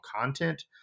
content